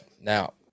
Now